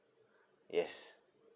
yes